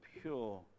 pure